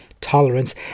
tolerance